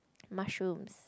mushrooms